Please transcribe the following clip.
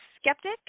skeptic